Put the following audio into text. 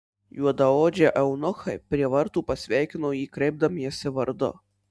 juodaodžiai eunuchai prie vartų pasveikino jį kreipdamiesi vardu